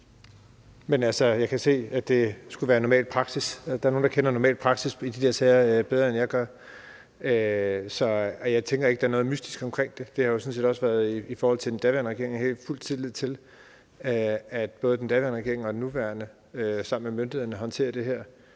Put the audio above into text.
det kan jeg ikke. Men der er nogle, der kender den normale praksis i de sager bedre, end jeg gør. Og jeg tænker ikke, der er noget mystisk omkring det. Det har jo sådan set også været sådan i forhold til den daværende regering. Jeg har fuldt tillid til, at både den daværende regering og den nuværende sammen med myndighederne håndterer det her